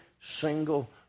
single